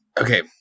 Okay